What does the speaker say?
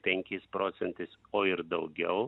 penkiais procentais o ir daugiau